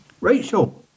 Rachel